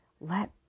Let